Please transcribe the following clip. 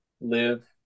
live